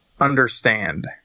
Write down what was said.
understand